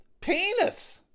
Penis